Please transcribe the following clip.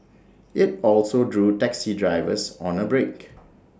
IT also drew taxi drivers on A break